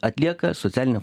atlieka socialinę